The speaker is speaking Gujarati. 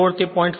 4 થી 0